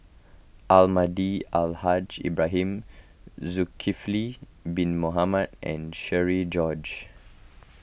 Almahdi Al Haj Ibrahim Zulkifli Bin Mohamed and Cherian George